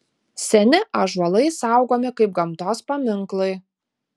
seni ąžuolai saugomi kaip gamtos paminklai